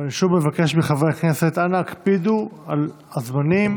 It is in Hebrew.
אני שוב מבקש מחברי הכנסת, אנא הקפידו על הזמנים.